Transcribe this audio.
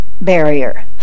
barrier